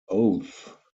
oath